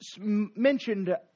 mentioned